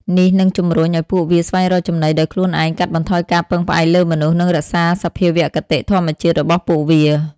នេះនឹងជំរុញឱ្យពួកវាស្វែងរកចំណីដោយខ្លួនឯង កាត់បន្ថយការពឹងផ្អែកលើមនុស្ស និងរក្សាសភាវគតិធម្មជាតិរបស់ពួកវា។